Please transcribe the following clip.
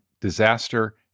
disaster